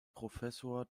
professor